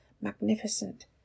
Magnificent